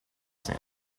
sand